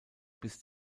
bis